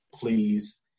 Please